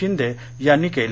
शिंदे यांनी केले